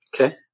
Okay